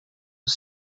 was